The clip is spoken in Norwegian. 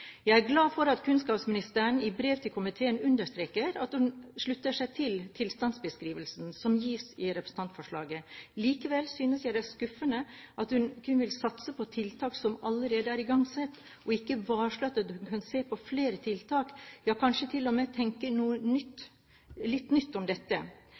Jeg er glad for at kunnskapsministeren i brev til komiteen understreker at hun slutter seg til tilstandsbeskrivelsen som gis i representantforslaget. Likevel synes jeg det er skuffende at hun kun vil satse på tiltak som alt er igangsatt og ikke varsler at hun vil se på flere tiltak – ja, kanskje til og med tenke litt nytt om dette.